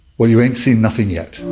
well, you ain't seen nothing yet.